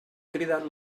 cridat